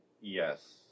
yes